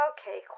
Okay